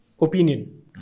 opinion